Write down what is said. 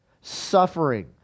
Suffering